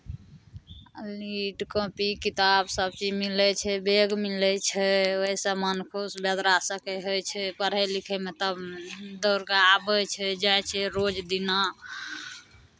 lead copy किताब सभचीज मिलै छै बैग मिलै छै ओहिसँ मन खुश बच्चा सभके होइ छै पढ़य लिखयमे तब दौड़ि कऽ आबै छै जाइ छै रोज दिना